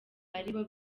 aribo